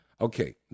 Okay